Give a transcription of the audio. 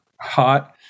hot